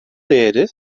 değeri